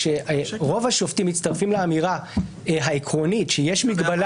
רוב השופטים מצטרפים לאמירה העקרונית שיש מגבלה